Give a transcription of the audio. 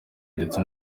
ndetse